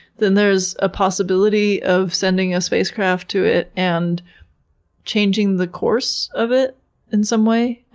then there's a possibility of sending a spacecraft to it and changing the course of it in some way.